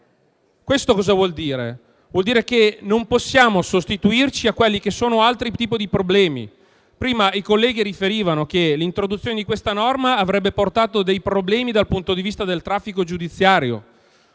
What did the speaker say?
Questo vuol dire che non possiamo sostituirci a coloro che debbono risolvere altri tipi di problemi. Prima i colleghi riferivano che l'introduzione di questa norma avrebbe portato problemi dal punto di vista del traffico giudiziario,